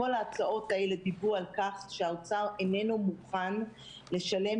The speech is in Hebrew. כל ההצעות האלה דיברו על כך שהאוצר איננו מוכן לשלם